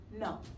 No